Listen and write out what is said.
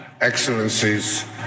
Excellencies